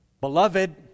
beloved